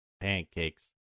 Pancakes